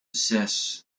zes